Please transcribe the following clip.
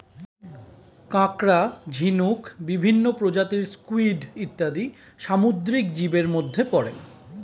কাঁকড়া, ঝিনুক, বিভিন্ন প্রজাতির স্কুইড ইত্যাদি সামুদ্রিক জীবের মধ্যে পড়ে